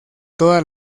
toda